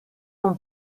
ont